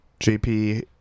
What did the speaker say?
JP